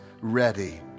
ready